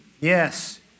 yes